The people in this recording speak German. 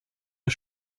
der